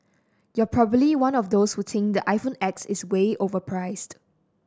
you're probably one of those who think the iPhone X is way overpriced